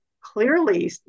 clearly